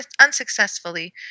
unsuccessfully